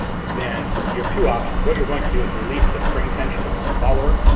you then. you have two options what you're going to do is release the spring tension on the follower.